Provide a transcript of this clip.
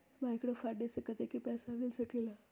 Microfinance से कतेक पैसा मिल सकले ला?